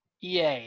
EA